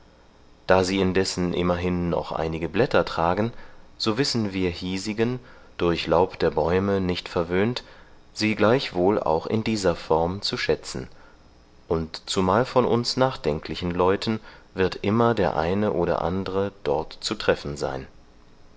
da sie indessen immerhin noch einige blätter tragen so wissen wir hiesigen durch laub der bäume nicht verwöhnt sie gleichwohl auch in dieser form zu schätzen und zumal von uns nachdenklichen leuten wird immer der eine oder andre dort zu treffen sein